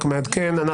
אני רק מעדכן,